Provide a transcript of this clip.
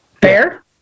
Fair